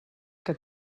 que